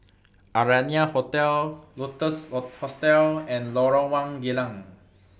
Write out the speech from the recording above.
Arianna Hotel Lotus Hostel and Lorong one Geylang